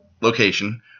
location